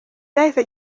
cyahise